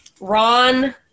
Ron